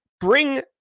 bring